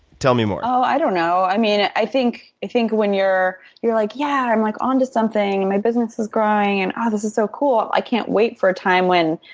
tell me more. oh, i don't know. i mean, i think i think when you're you're like, yeah, i'm like on to something, my business is growing and oh, ah this is so cool, i can't wait for a time when,